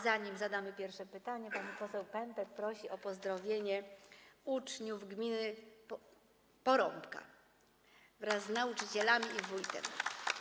Zanim zadam pierwsze pytanie, pani poseł Pępek prosi o pozdrowienie uczniów z gminy Porąbka wraz z nauczycielami i wójtem.